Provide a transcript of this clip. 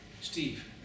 Steve